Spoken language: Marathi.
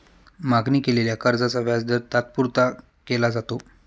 मागणी केलेल्या कर्जाचा व्याजदर तात्पुरता केला जातो